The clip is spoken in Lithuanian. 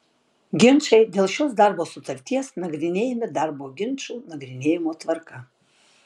ginčai dėl šios darbo sutarties nagrinėjami darbo ginčų nagrinėjimo tvarka